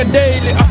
daily